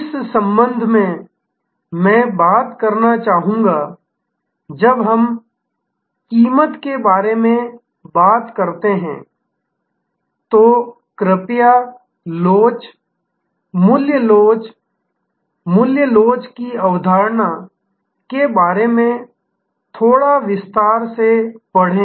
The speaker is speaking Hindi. इस संबंध में मैं बात करना चाहूंगा जब हम कीमत के बारे में बात करते हैं तो कृपया लोच मूल्य लोच मूल्य लोच की अवधारणा के बारे में थोड़ा और विस्तार से पढ़ें